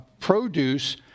produce